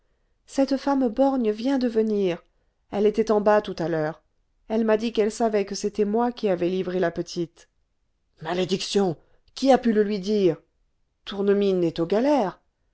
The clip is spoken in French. cette femme borgne vient de venir elle était en bas tout à l'heure elle m'a dit qu'elle savait que c'était moi qui avais livré la petite malédiction qui a pu le lui dire tournemine est aux galères